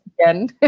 again